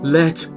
let